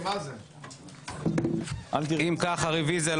מי נמנע?